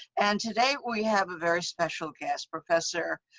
and today we have a very special guest professor,